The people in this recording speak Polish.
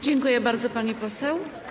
Dziękuję bardzo, pani poseł.